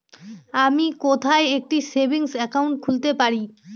আমি কোথায় একটি সেভিংস অ্যাকাউন্ট খুলতে পারি?